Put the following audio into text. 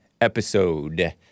episode